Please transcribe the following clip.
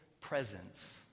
presence